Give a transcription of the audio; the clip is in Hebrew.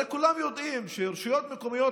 הרי כולם יודעים שרשויות מקומיות